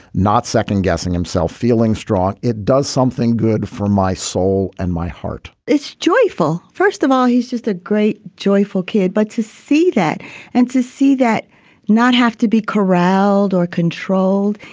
not second guessing himself, feeling strong. it does something good for my soul and my heart is joyful first of all, he's just a great, joyful kid. but to see that and to see that not have to be corralled or controlled,